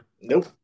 Nope